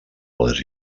les